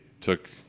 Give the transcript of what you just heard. took